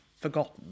forgotten